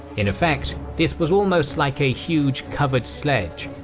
in effect, this was almost like a huge, covered sledge.